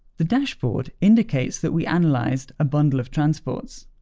the dashboard indicates that we analyzed a bundle of transports.